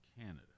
Canada